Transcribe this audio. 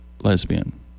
lesbian